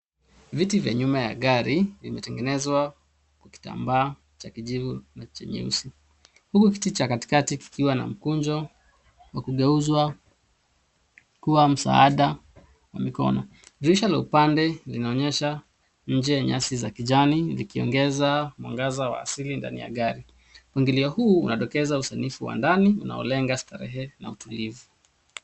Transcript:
Viti vya nyuma ya gari vimetengenezwa kwa kitambaa cha kijivu na cha nyeusi huku kiti cha katikati kikiwa na mkunjo wa kugeuzwa kuwa msaada na mikono. Dirisha la upande linaonyesha nje ya nyasi za kijani zikiongeza mwangaza wa asili ndani ya gari. Mwingilio huu unadokeza usanifu wa ndani unaolenga starehe na utulivu.